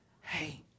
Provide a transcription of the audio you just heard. hey